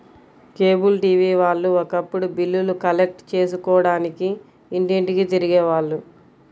cable TV వాళ్ళు ఒకప్పుడు బిల్లులు కలెక్ట్ చేసుకోడానికి ఇంటింటికీ తిరిగే వాళ్ళు